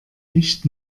nicht